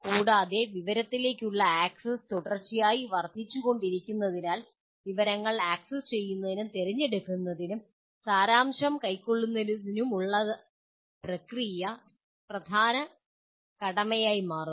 കൂടാതെ വിവരങ്ങളിലേക്കുള്ള ആക്സസ് തുടർച്ചയായി വർദ്ധിച്ചുകൊണ്ടിരിക്കുന്നതിനാൽ വിവരങ്ങൾ ആക്സസ് ചെയ്യുന്നതിനും തിരഞ്ഞെടുക്കുന്നതിനും സാരാംശം കൈക്കൊള്ളുന്നതിനുമുള്ള പ്രക്രിയ ഒരു സുപ്രധാന കടമയായി മാറും